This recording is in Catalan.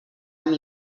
amb